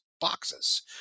boxes